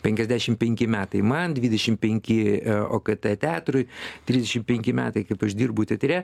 penkiasdešimt penki metai man dvidešimt penki e okt teatrui trisdešimt penki metai kaip aš dirbu teatre